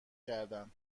کردن